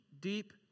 deep